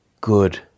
good